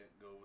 go